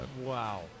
Wow